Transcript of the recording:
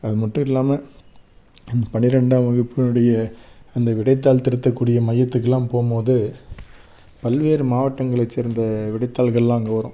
அது மட்டும் இல்லாமல் பன்னிரெண்டாம் வகுப்பினுடைய அந்த விடைத்தாள் திருத்தக்கூடிய மையத்துக்கெலாம் போகும்போது பல்வேறு மாவட்டங்களைச் சேர்ந்த விடைத்தாள்களெலாம் அங்கே வரும்